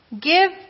give